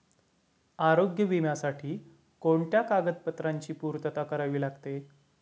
आरोग्य विम्यासाठी कोणत्या कागदपत्रांची पूर्तता करावी लागते?